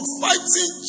fighting